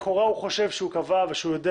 לכאורה הוא חושב שהוא קבע ושהוא יודע